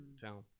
town